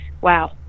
wow